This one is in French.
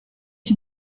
qui